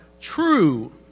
true